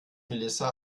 melissa